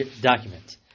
document